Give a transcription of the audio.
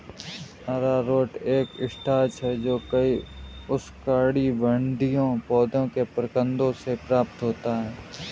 अरारोट एक स्टार्च है जो कई उष्णकटिबंधीय पौधों के प्रकंदों से प्राप्त होता है